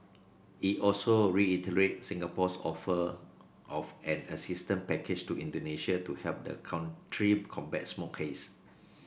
it also reiterated Singapore's offer of an assistance package to Indonesia to help the country combat smoke haze